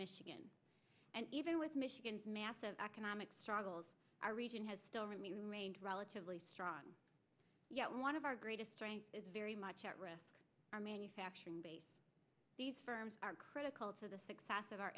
michigan and even with michigan's massive economic struggles our region has still remained relatively strong yet one of our greatest strength is very much at risk our manufacturing base these firms are critical to the success o